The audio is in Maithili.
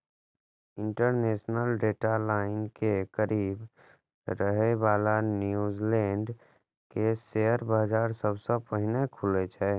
इंटरनेशनल डेट लाइन के करीब रहै बला न्यूजीलैंड के शेयर बाजार सबसं पहिने खुलै छै